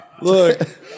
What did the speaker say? Look